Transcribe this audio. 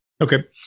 Okay